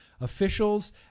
Officials